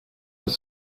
that